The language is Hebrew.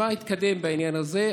מה התקדם בעניין הזה?